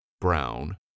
Brown